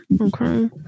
Okay